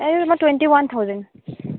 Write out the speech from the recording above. এইবিলাক twenty one thousand